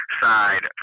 side